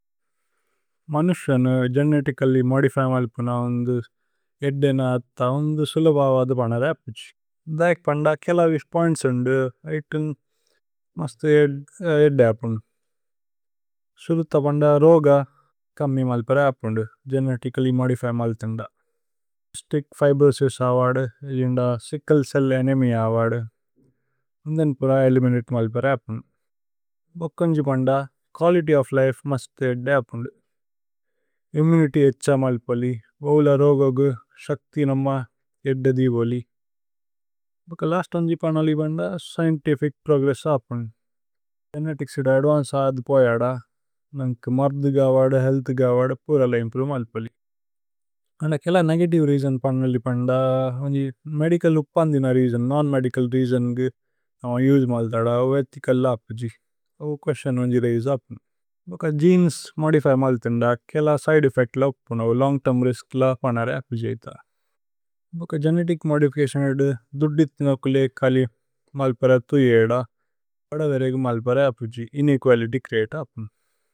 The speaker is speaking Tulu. മനുശനു ഗേനേതികല്ലി മോദിഫയ് മലിപുന വുന്ദു। ഏദ്ദേ ന അഥ വുന്ദു സുലുഭവധു ബനര് അപിഛ്। ധേക് പന്ദ കേല വിശ് പോഇന്ത്സ് വുന്ദു ഇതുന് മസ്തു। ഏദ്ദേ അപുന്ദു സുരുഥ പന്ദ രോഗ കമ്മി മലിപര। അപുന്ദു ഗേനേതികല്ലി മോദിഫയ് മലിഥിന്ദ സ്തിച്ക്। ഫിബ്രോസിസ് അവദു ജിന്ദ സിച്ക്ലേ ചേല്ല് അനേമിഅ അവദു। വുന്ദന് പുര ഏലിമിനതേ മലിപര അപുന്ദു ഭുക്ക। ഉന്ജി പന്ദ കുഅലിത്യ് ഓഫ് ലിഫേ മസ്തു ഏദ്ദേ അപുന്ദു। ഇമ്മുനിത്യ് ഏച്ഛ മലിപലി വൌല രോഗഗു ശക്ഥി। നമ ഏദ്ദദി ബോലി ഭുക്ക ലസ്ത് ഉന്ജി പന്ദലി പന്ദ। സ്ചിഏന്തിഫിച് പ്രോഗ്രേസ്സ് അപുന്ദു ഗേനേതിക് സിദ അദ്വന്ചേ। അവദു പോയ ദ നന്ഗു മര്ധുഗ അവദു ഹേഅല്ഥുഗ। അവദു പുരല ഇമ്പ്രോവേ മലിപലി അന്ദ കേല നേഗതിവേ। രേഅസോന് പന്ദലി പന്ദ ഉന്ജി മേദിചല് ഉപന്ധിന। രേഅസോന് നോന് മേദിചല് രേഅസോന്കു നമ ഉസേ മലിഥദ। ഉന്ജി ഏഥിചല് ഉപന്ധിന രേഅസോന് ഭുക്ക ഗേനേസ് മോദിഫയ്। മലിഥിന്ദ കേല സിദേ ഏഫ്ഫേച്ത്ല ഉപുന്ദു ലോന്ഗ് തേര്മ്। രിസ്ക്ല പനരി അപുന്ദു ഭുക്ക ഗേനേതിക് മോദിഫിചതിഓന്। ഏദ്ദു ദുദ്ദിഥിനകുലേ കലി മലിപരഥു ഏദ്ദ വദ। വേരേഗു മലിപര അപുന്ദു ഇനേകുഅലിത്യ് ച്രേഅതേ അപുന്ദു।